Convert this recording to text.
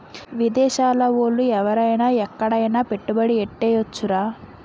విదేశాల ఓళ్ళు ఎవరైన ఎక్కడైన పెట్టుబడి ఎట్టేయొచ్చురా